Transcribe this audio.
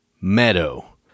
Meadow